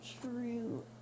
true